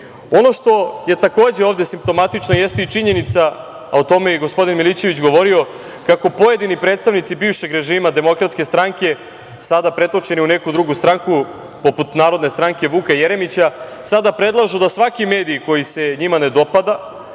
što je takođe ovde simptomatično jeste i činjenica, a o tome je i gospodin Milićević govorio, kako pojedini predstavnici bivšeg režima Demokratske stranke, sada pretočeni u neku drugu stranku, poput Narodne stranke Vuka Jeremića, sada predlažu da svaki medij koji se njima ne dopada